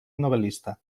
novel·lista